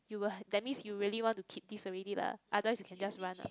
you will that means you really want to keep this already lah otherwise you can just run lah